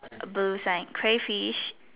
blue sign crayfish